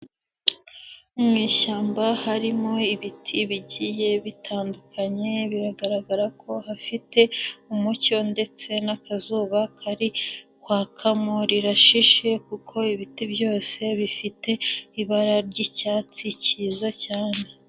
Mu ishyamba harimo ibiti bigiye bitandukanye, biragaragara ko hafite umucyo, ndetse n'akazuba kari kwakamo, rirashishe kuko ibiti byose bifite ibara ry'icyatsi cyiza cyane.